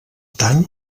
tant